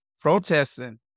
protesting